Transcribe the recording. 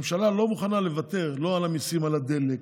הממשלה לא מוכנה לוותר לא על המיסים על הדלק,